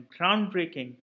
groundbreaking